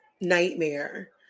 nightmare